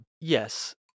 Yes